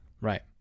Right